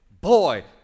Boy